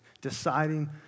Deciding